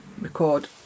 record